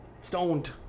Stoned